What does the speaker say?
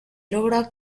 logra